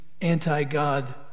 anti-God